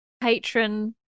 patron